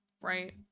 Right